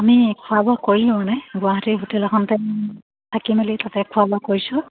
আমি খোৱা বোৱা কৰিলোঁ মানে গুৱাহাটীৰ হোটেল এখনতে থাকি মেলি তাতে খোৱা বোৱা কৰিছোঁ